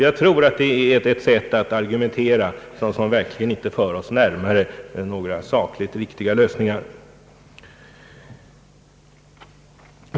Jag tror att detta sätt att argumentera verkligen inte för oss närmare några sakligt riktiga lösningar.